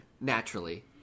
Naturally